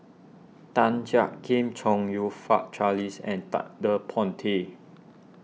Tan Jiak Kim Chong You Fook Charles and Ted De Ponti